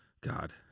God